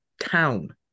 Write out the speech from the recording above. town